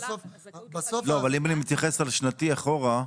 אם אני מתייחס שנתי אחורה,